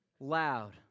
Loud